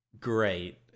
great